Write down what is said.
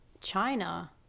China